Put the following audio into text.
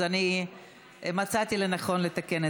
אז אני מצאתי לנכון לתקן.